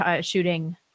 shooting